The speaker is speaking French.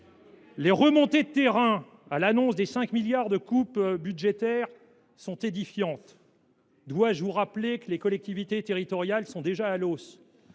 Les remontées de terrain à l’annonce des 5 milliards d’euros de coupes budgétaires sont édifiantes. Dois je vous rappeler que les collectivités territoriales sont déjà à l’os !